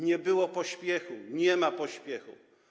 Nie było pośpiechu, nie ma pośpiechu.